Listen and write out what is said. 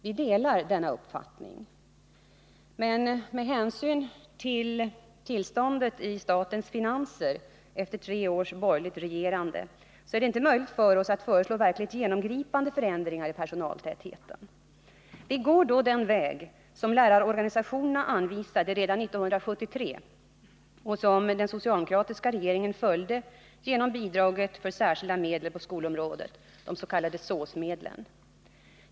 Vi delar denna uppfattning. Men med hänsyn till tillståndet i statens finanser efter tre års borgerligt regerande är det inte möjligt för oss att föreslå verkligt genomgripande förändringar av personaltätheten. Vi går då den väg som lärarorganisationerna anvisade redan 1973 och som den socialdemokratiska regeringen följde genom bidraget för särskilda medel på skolområdet, s.k. SÅS-medel.